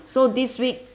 so this week